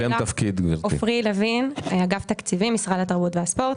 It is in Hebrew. עפרי לוין, אגף תקציבים, משרד התרבות והספורט.